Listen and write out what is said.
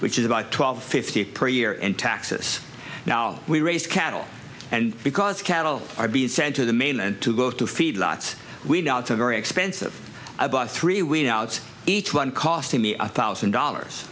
which is about twelve fifty per year in taxes now we raise cattle and because cattle are being sent to the mainland to go to feed lot we doubt a very expensive about three weeks out each one costing me a thousand dollars